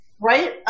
Right